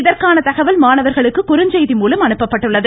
இதற்கான தகவல் மாணவர்களுக்கு குறுஞ்செய்தி மூலம் அனுப்பப்பட்டுள்ளது